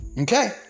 Okay